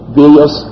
various